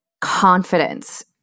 confidence